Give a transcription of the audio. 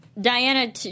Diana